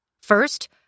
First